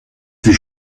sie